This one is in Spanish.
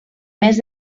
mes